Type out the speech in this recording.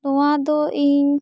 ᱱᱚᱣᱟ ᱫᱚ ᱤᱧ